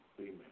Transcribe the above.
amen